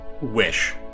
wish